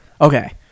Okay